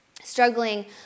struggling